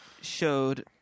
showed